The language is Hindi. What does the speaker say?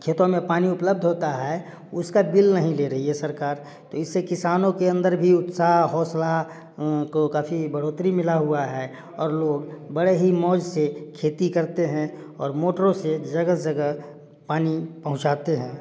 खेतों में पानी उपलब्ध होता है उसका बिल नहीं दे रही है सरकार तो इससे किसानों के अंदर भी उत्साह हौसला को काफ़ी बढ़ोतरी मिला हुआ है और लोग बड़े ही मौज से खेती करते है और मोटरों से जगह जगह पानी पहुँचाते हैं